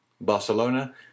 Barcelona